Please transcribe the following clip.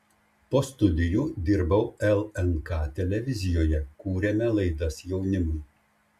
po studijų dirbau lnk televizijoje kūrėme laidas jaunimui